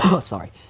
Sorry